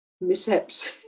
mishaps